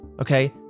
okay